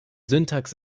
syntax